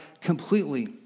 completely